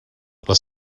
les